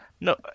no